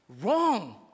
wrong